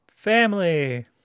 Family